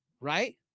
Right